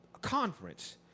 conference